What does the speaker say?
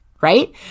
right